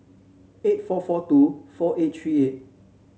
eight four four two four eight three eight